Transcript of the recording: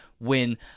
win